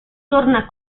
torna